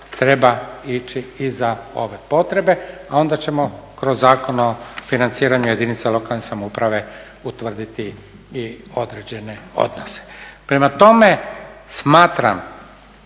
treba ići i za ove potrebe, a onda ćemo kroz Zakon o financiranju jedinica lokalne samouprave utvrditi i određene odnose. Prema tome, smatram